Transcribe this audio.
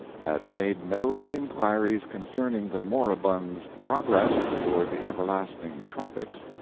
had made no inquiries concerning the moribund's progress toward the everlasting tropics,